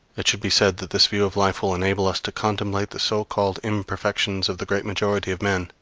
it should be said that this view of life will enable us to contemplate the so-called imperfections of the great majority of men,